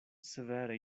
severe